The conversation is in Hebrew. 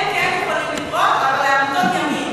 הם כן יכולים לתרום, אבל לעמותות ימין.